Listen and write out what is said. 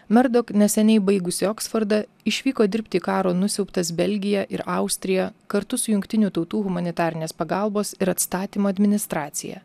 merdok neseniai baigusi oksfordą išvyko dirbti į karo nusiaubtas belgiją ir austriją kartu su jungtinių tautų humanitarinės pagalbos ir atstatymo administracija